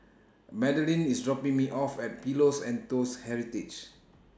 Madalynn IS dropping Me off At Pillows and Toast Heritage